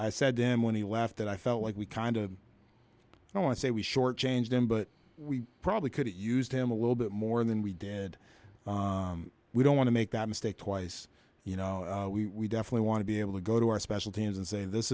i said him when he left and i felt like we kind of want to say we shortchanged him but we probably could use him a little bit more than we did we don't want to make that mistake twice you know we definitely want to be able to go to our special teams and say this